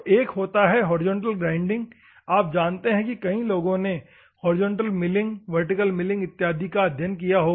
एक horizontal grinding है आप जानते हैं कि कई लोगों ने हॉरिजॉन्टल मिलिंग वर्टिकल मिलिंग इत्यादि चीजों का अध्ययन किया होगा